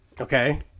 okay